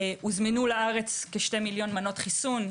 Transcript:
הוזמנו לארץ כ-2 מיליון מנות חיסון.